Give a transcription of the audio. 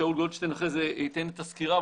שאול גולדשטיין אחרי זה ייתן את הסקירה,